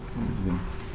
okay